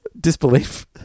disbelief